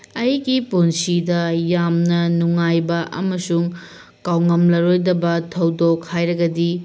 ꯑꯩꯒꯤ ꯄꯨꯟꯁꯤꯗ ꯌꯥꯝꯅ ꯅꯨꯡꯉꯥꯏꯕ ꯑꯃꯁꯨꯡ ꯀꯥꯎꯉꯝꯂꯔꯣꯏꯗꯕ ꯊꯧꯗꯣꯛ ꯍꯥꯏꯔꯒꯗꯤ